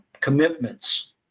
commitments